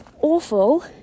awful